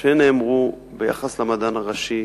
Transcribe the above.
שנאמרו ביחס למדען הראשי,